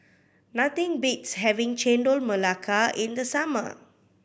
nothing beats having Chendol Melaka in the summer